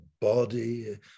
body